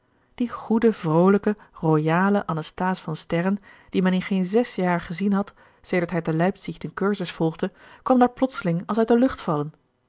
die goede vroolijke royale anasthase van sterren die men in geen zes jaar gezien had sedert hij te leipzig den cursus volgde kwam daar plotseling als uit de lucht vallen